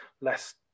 less